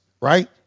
right